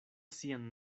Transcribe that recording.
sian